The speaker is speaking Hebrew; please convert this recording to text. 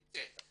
שייצא.